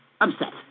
upset